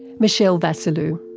michelle vasiliu.